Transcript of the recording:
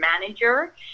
manager